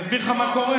אני אסביר לך מה קורה,